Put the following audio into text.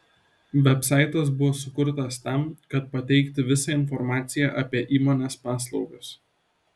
vebsaitas buvo sukurtas tam kad pateikti visą informaciją apie įmonės paslaugas